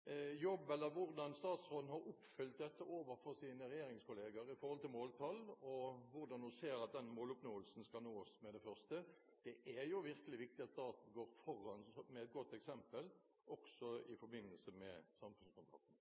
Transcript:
hvordan statsråden har fulgt opp dette overfor sine regjeringskollegaer hva gjelder måltall. Hvordan ser hun at måloppnåelsen skal nås med det første? Det er jo virkelig viktig at staten går foran med et godt eksempel også i forbindelse med samfunnskontrakter.